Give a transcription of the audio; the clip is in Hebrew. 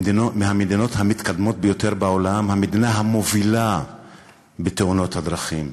מהמדינות המתקדמות בעולם והמדינה המובילה בתאונות הדרכים,